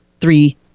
three